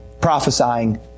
prophesying